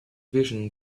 vision